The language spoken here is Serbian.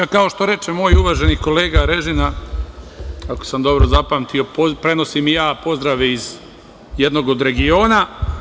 Kao što reče moj uvaženi kolega Režina, ako sam dobro zapamtio, prenosim i ja pozdrave iz jednog od regiona.